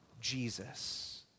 Jesus